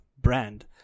brand